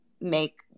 make